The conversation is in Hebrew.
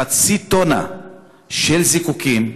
חצי טונה של זיקוקים.